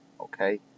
okay